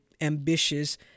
ambitious